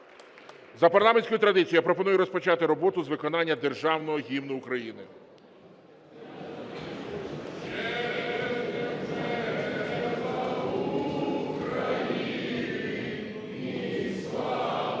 За парламентською традицією я пропоную розпочати роботу з виконання Державного Гімну України.